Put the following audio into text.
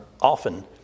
often